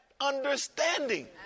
understanding